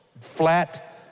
Flat